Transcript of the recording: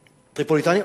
טריפוליטנים?